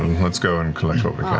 let's go and collect what we